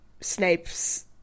Snape's